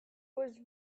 was